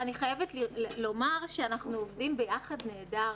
אני חייבת לומר שאנחנו עובדים ביחד נהדר.